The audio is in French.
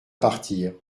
partir